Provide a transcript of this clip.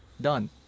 Done